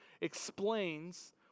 explains